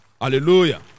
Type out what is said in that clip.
Hallelujah